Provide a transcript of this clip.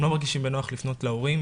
הם לא מרגישים בנוח לפנות להורים,